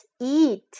eat